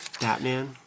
Batman